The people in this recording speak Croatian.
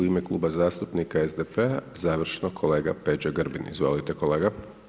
I u ime kluba zastupnika SDP-a završno kolega Peđa Grbin, izvolite kolega.